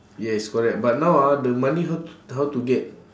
yes correct but now ah the money how t~ how to get